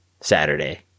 Saturday